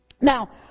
Now